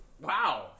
wow